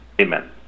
amen